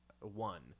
one